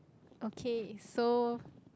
okay so